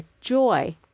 joy